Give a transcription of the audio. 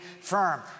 firm